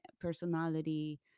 personality